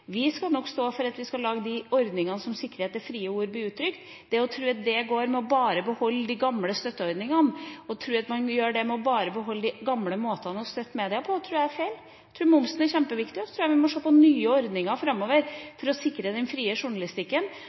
Vi skal nok stå for at vi skal lage ordninger som sikrer at det frie ord blir uttrykt. Det å tro at det går bare ved å beholde de gamle støtteordningene og de gamle måtene å støtte media på, tror jeg er feil. Jeg tror momsen er kjempeviktig, og så tror jeg vi må se på nye ordninger framover for å sikre den frie journalistikken,